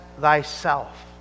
thyself